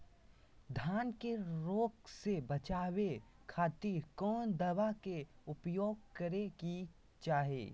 धान के रोग से बचावे खातिर कौन दवा के उपयोग करें कि चाहे?